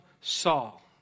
Saul